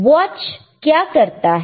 watch क्या करता है